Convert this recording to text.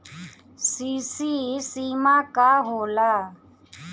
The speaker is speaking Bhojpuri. सी.सी सीमा का होला?